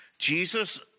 Jesus